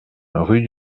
rue